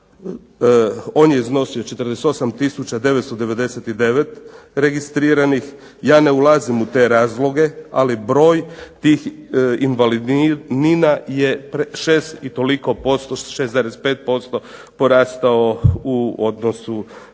On je iznosio 48 tisuća 999 registriranih, ja ne ulazim u te razloge, ali broj tih invalidnina je 6,5% porastao u odnosu